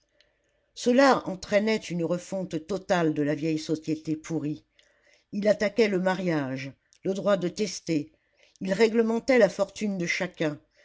cela entraînait une refonte totale de la vieille société pourrie il attaquait le mariage le droit de tester il réglementait la fortune de chacun